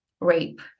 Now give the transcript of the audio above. rape